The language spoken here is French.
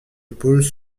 épaules